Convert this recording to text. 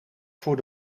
voor